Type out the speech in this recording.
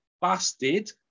busted